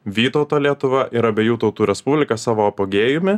vytauto lietuva ir abiejų tautų respublika savo apogėjumi